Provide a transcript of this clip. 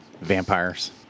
Vampires